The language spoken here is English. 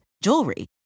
jewelry